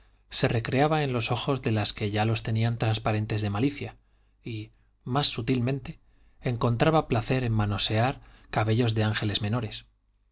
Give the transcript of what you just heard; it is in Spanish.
se recreaba en los ojos de las que ya los tenían transparentes de malicia y más sutilmente encontraba placer en manosear cabellos de ángeles menores